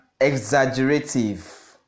exaggerative